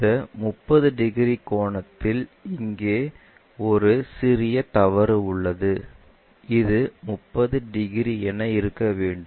இந்த 30 டிகிரி கோணத்தில் இங்கே ஒரு சிறிய தவறு உள்ளது இது 30 டிகிரி என இருக்க வேண்டும்